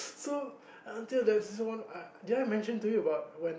so until there's this one did I mention to you about when